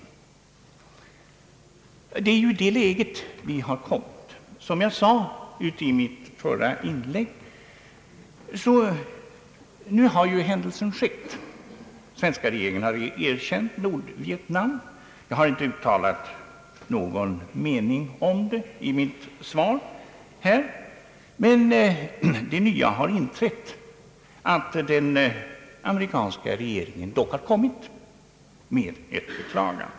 Det är i det läget vi har kommit. Som jag sade i mitt förra inlägg har händelsen nu skett: den svenska regeringen har erkänt Nordvietnam. Jag har inte uttalat någon mening därom i mitt svar, men det nya har inträtt att den amerikanska regeringen har framfört ett beklagande.